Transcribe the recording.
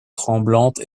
tremblantes